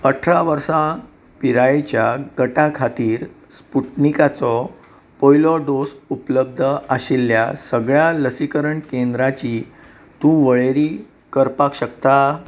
अठरां वर्सां पिरायेच्या गटा खातीर स्पुटनिकाचो पयलो डोस उपलब्ध आशिल्ल्या सगळ्या लसीकरण केंद्रांची तूं वळेरी करपाक शकता